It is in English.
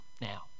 now